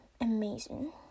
amazing